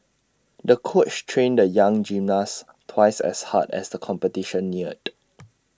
the coach trained the young gymnast twice as hard as the competition neared